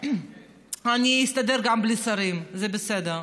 אני אסתדר גם בלי שרים, זה בסדר.